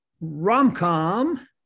rom-com